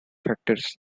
factors